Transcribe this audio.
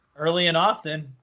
early and often.